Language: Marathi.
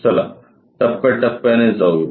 चला टप्या टप्याने जाऊ या